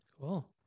Cool